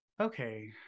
okay